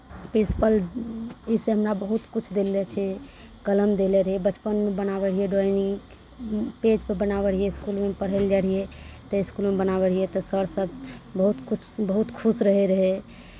principal ईसँ हमरा बहुत किछु देले छै कलम देले रहै बचपनमे बनाबै रहियै ड्राइंग पेड़सभ बनाबै रहियै इसकुलमे पढ़ै लए जाइ रहियै तऽ इसकुलमे जाइ रहियै तऽ सरसभ बहुत किछु बहुत खुश रहै रहै